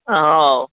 હઉ